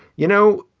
you know,